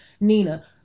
Nina